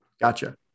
Gotcha